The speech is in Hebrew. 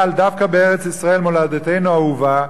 אבל דווקא בארץ-ישראל, מולדתנו האהובה,